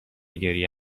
گریه